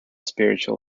spiritual